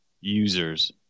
users